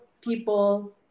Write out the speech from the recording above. people